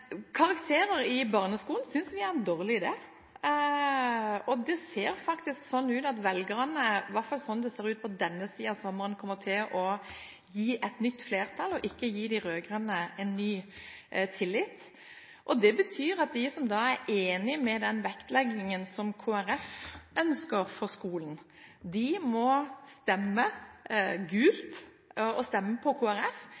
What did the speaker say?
er en dårlig idé. Det ser faktisk ut til at velgerne – i hvert fall ser det sånn ut på denne siden av sommeren – kommer til å gi et nytt flertall og ikke gi de rød-grønne ny tillit. Det betyr at de som er enige i den vektleggingen som Kristelig Folkeparti ønsker for skolen, må stemme